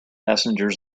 passengers